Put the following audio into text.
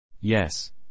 Yes